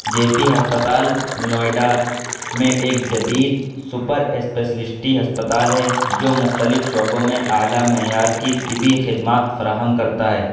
جے P ہسپتال نوئیڈا میں ایک جدید سوپر اسپیشلسٹی ہسپتال ہے جو مختلف شعبوں میں اعلیٰ معیار کی طبی خدمات فراہم کرتا ہے